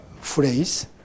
phrase